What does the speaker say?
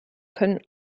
können